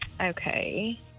Okay